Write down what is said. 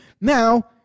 now